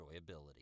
enjoyability